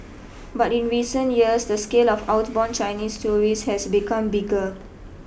but in recent years the scale of outbound Chinese tourists has become bigger